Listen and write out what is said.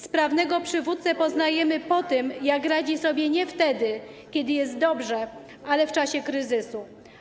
Sprawnego przywódcę poznajemy po tym, jak radzi sobie nie wtedy, kiedy jest dobrze, ale w czasie kryzysu.